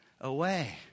away